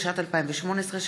התשע"ט 2018,